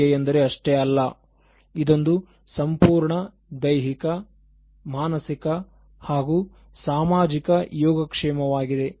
ಆರೋಗ್ಯ ಎಂದರೆ ಅಷ್ಟೇ ಅಲ್ಲ ಇದೊಂದು ಸಂಪೂರ್ಣ ದೈಹಿಕ ಮಾನಸಿಕ ಹಾಗೂ ಸಾಮಾಜಿಕ ಯೋಗಕ್ಷೇಮ ವಾಗಿದೆ